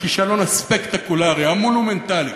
הכישלון הספקטקולרי, המונומנטלי,